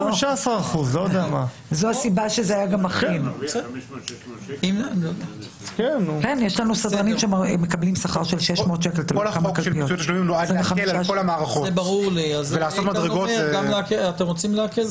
תקבעו 15%. אתם רוצים להקל?